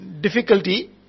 difficulty